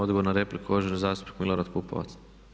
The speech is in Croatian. Odgovor na repliku uvaženi zastupnik Milorad Pupovac.